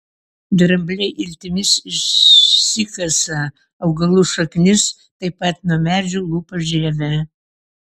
drambliai iltimis išsikasa augalų šaknis taip pat nuo medžių lupa žievę